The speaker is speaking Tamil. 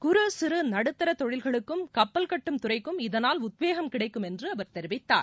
குறு சிறு நடுத்தர தொழில்களுக்கும் கப்பல் கட்டும் துறைக்கும் இதனால் உத்வேகம் கிடைக்கும் என்று அவர் தெரிவித்தார்